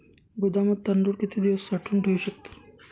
गोदामात तांदूळ किती दिवस साठवून ठेवू शकतो?